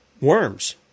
worms